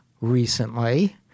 recently